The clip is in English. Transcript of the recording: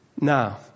Now